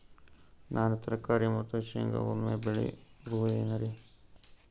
ನಾನು ತರಕಾರಿ ಮತ್ತು ಶೇಂಗಾ ಒಮ್ಮೆ ಬೆಳಿ ಬಹುದೆನರಿ?